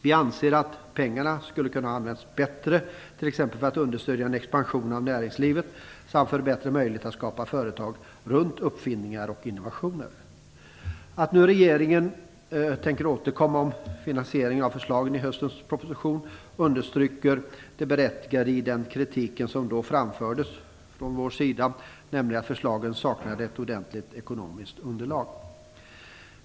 Vi anser att pengarna skulle ha kunnat användas bättre, t.ex. för att understödja en expansion av näringslivet, samt för bättre möjligheter att skapa företag runt uppfinningar och innovationer. Att nu regeringen tänker återkomma om finansiering av förslagen i höstens proposition understryker det berättigade i den kritik som då framfördes från vår sida, nämligen att förslagen saknade ett ordentligt ekonomiskt underlag.